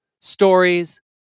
stories